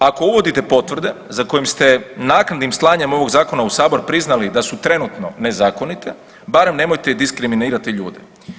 Dakle, ako uvodite potvrde za kojim ste naknadnim slanjem ovog zakona u sabor priznali da su trenutno nezakonite, barem nemojte diskriminirati ljude.